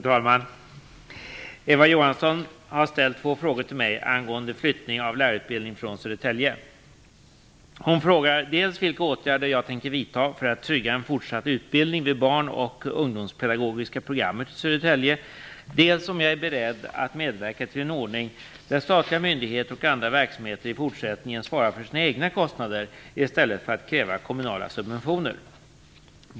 Fru talman! Eva Johansson har ställt två frågor till mig angående flyttning av lärarutbildningen från Södertälje. Hon frågar dels vilka åtgärder jag tänker vidta för att trygga fortsatt utbildning vid barn och ungdomspedagogiska programmet i Södertälje, dels om jag är beredd att medverka till en ordning där statliga myndigheter och andra verksamheter i fortsättningen svarar för sina egna kostnader i stället för att kräva kommunala subventioner.